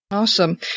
Awesome